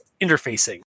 interfacing